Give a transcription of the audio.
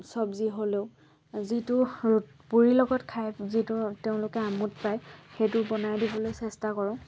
চব্জি হ'লেও যিটো পুৰিৰ লগত খায় যিটো তেওঁলোকে আমোদ পাই সেইটো বনাই দিবলৈ চেষ্টা কৰোঁ